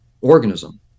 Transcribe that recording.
organism